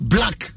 Black